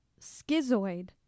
schizoid